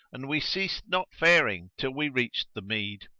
and we ceased not faring till we reached the mead.